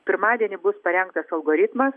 pirmadienį bus parengtas algoritmas